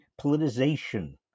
politicization